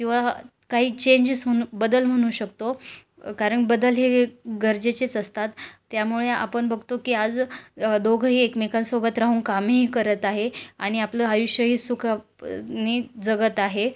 किंवा काही चेंजेस होणे बदल म्हणू शकतो कारण बदल हे गरजेचेच असतात त्यामुळे आपण बघतो की आज दोघंही एकमेकांसोबत राहून कामही करत आहे आणि आपलं आयुष्यही सुका पनी जगत आहे